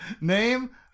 name